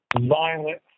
violent